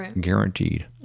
Guaranteed